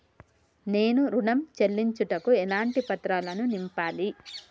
నేను ఋణం చెల్లించుటకు ఎలాంటి పత్రాలను నింపాలి?